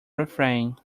refrain